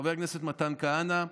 חבר הכנסת מתן כהנא,